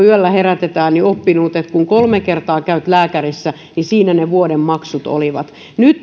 yöllä herätetään että kun kolme kertaa käyt lääkärissä niin siinä ne vuoden maksut olivat nyt